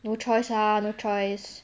no choice ah no choice